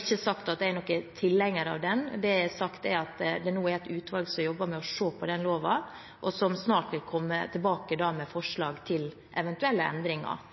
ikke sagt at jeg er noen tilhenger av den. Det jeg har sagt, er at det nå er et utvalg som jobber med å se på den loven, og som snart vil komme tilbake med forslag til eventuelle endringer.